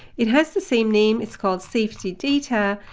it has the same name, it's called safety data.